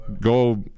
go